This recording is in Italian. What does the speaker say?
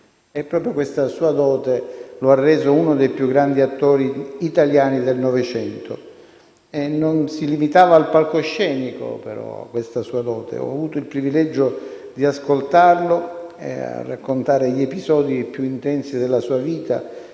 Proprio questa sua dote lo ha reso uno dei più grandi attori italiani del Novecento. Non si limitava al palcoscenico, però, questa sua dote. Ho avuto il privilegio di ascoltarlo raccontare gli episodi più intensi della sua vita